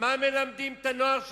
מה מלמדים שם את הנוער שלנו?